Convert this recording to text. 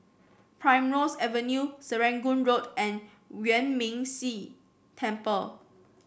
Primrose Avenue Serangoon Road and Yuan Ming Si Temple